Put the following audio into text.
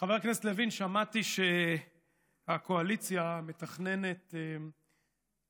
חבר הכנסת לוין, שמעתי שהקואליציה מתכננת גיבושון